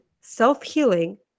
self-healing